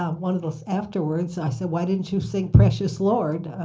ah when it was afterwards i said, why didn't you sing precious lord?